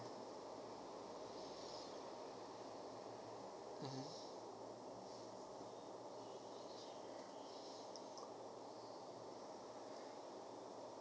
mmhmm